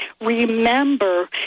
remember